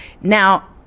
now